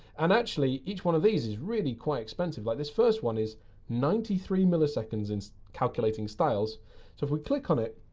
and actually, each one of these is really quite expensive. like, this first one is ninety three milliseconds in calculating styles. so if we click on it,